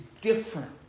different